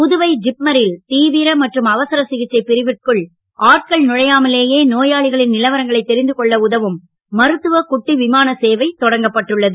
புதுவை ஜிப்மரில் தீவிர மற்றும் அவசர சிகிச்சை பிரிவிற்குள் ஆட்கள் நுழையாமலேயே நோயாளிகளின் நிலவரங்களை தெரிந்து கொள்ள உதவும் மருத்துவ குட்டி விமான சேவை தொடங்கப்பட்டுள்ளது